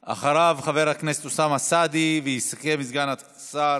אחריו, חבר הכנסת אוסאמה סעדי, ויסכם סגן השר